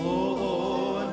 or